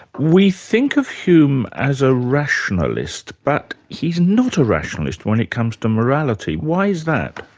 we think of hume as a rationalist, but he's not a rationalist when it comes to morality. why is that?